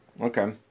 Okay